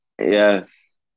Yes